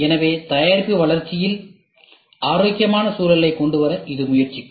எனவே தயாரிப்பு வளர்ச்சியில் ஆரோக்கியமான சூழலைக் கொண்டுவர இது முயற்சிக்கும்